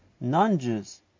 non-Jews